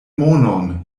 monon